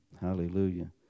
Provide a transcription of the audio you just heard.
Hallelujah